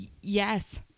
Yes